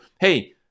hey